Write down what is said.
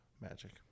magic